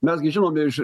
mes gi žinom iš